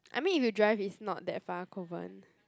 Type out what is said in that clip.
I mean if you drive it's not that far Kovan